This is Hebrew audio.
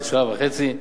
כשעה וחצי.